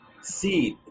seed